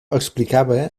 explicava